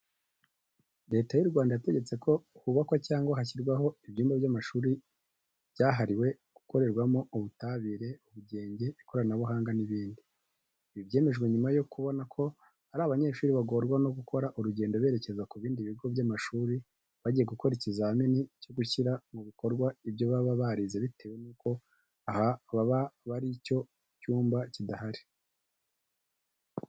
Leta y'u Rwanda yategetse ko hubakwa cyangwa hashyirwaho ibyumba by'amashuri byahariwe gukorerwamo ubutabire, ubugenge, ikoranabuhanga n'ibindi. Ibi byemejwe nyuma yo kubona ko hari abanyeshuri bagorwa no gukora urugendo berekeza ku bindi bigo by'amashuri bagiye gukora ikizamini cyo gushyira mu bikorwa ibyo baba birize bitewe nuko aho baba bari icyo cyumba kidahari.